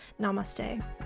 Namaste